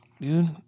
Dude